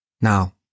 Now